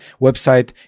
website